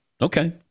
Okay